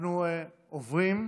אנחנו עוברים,